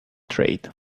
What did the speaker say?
trade